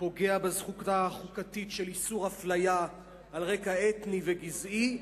ופוגע בזכות החוקתית של איסור אפליה על רקע אתני וגזעי.